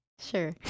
Sure